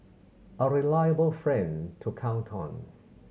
a reliable friend to count on